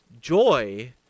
joy